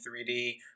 3D